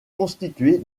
constituée